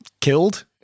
Killed